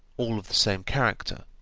all of the same character,